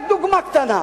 רק דוגמה קטנה: